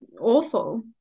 awful